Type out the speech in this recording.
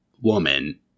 woman